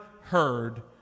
heard